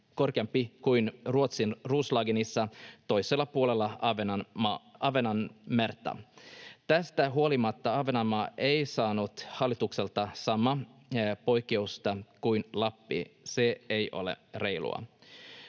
korkeampi kuin Ruotsin Roslagenissa toisella puolella Ahvenanmerta. Tästä huolimatta Ahvenanmaa ei saanut hallitukselta samaa poikkeusta kuin Lappi. Se ei ole reilua.